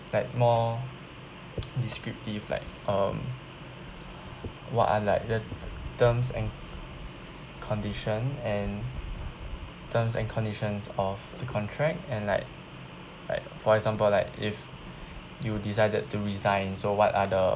like more descriptive like um what are like the terms and condition and terms and conditions of the contract and like like for example like if you decided to resign so what are the